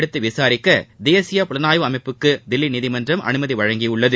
எடுத்து விசாரிக்க தேசிய புலனாய்வு அமைப்புக்கு தில்லி நீதிமன்றம் அமைதி அளித்துள்ளது